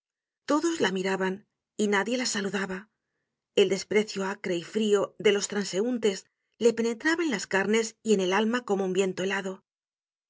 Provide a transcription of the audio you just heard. todos la miraban y nadie la saludaba el desprecio acre y frio de los transeuntes le penetraba en las carnes y en el alma como un viento helado